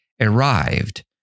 arrived